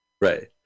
Right